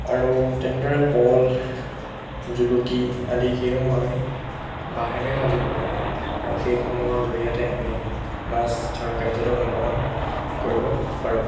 আৰু তেনেদৰে পল জুলুকি আদি সেইসমূহ আমি বাঁহেৰে সাঁজিব পাৰি আৰু সেইসমূহৰ জৰিয়তে আমি মাছ ধৰা কাৰ্যটো সম্পাদন কৰিব পাৰোঁ